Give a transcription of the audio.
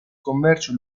commercio